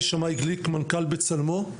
גליק, מנכ"ל 'בצלמו'.